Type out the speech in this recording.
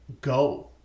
go